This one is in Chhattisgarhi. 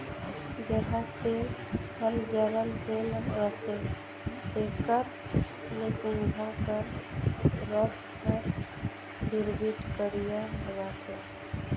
जरहा तेल हर जरल तेल रहथे तेकर ले सिगहा कर रग हर बिरबिट करिया रहथे